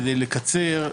כדי לקצר,